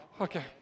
Okay